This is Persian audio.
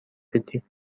بدی